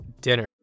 dinner